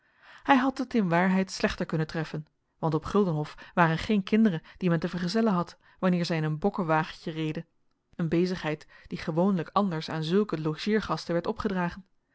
hij had het in waarheid slechter kunnen treffen want op guldenhof waren geen kinderen die men te vergezellen had wanneer zij in een bokkenwagentje reden een bezigheid die gewoonlijk anders aan zulke logeergasten werd opgedragen